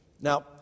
Now